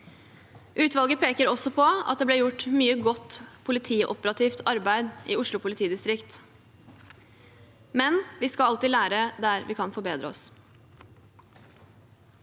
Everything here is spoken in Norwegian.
Utvalget peker også på at det ble gjort mye godt politioperativt arbeid i Oslo politidistrikt. Men vi skal alltid lære der vi kan forbedre oss.